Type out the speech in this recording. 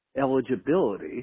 eligibility